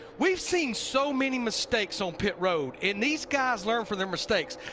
we have seen so many mistakes on pit road. and these guys learn from their mistakes.